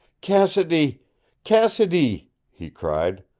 cassidy cassidy he cried.